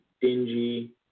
dingy